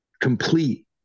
complete